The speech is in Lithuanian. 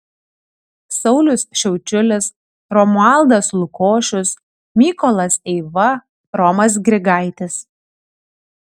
saulius šiaučiulis romualdas lukošius mykolas eiva romas grigaitis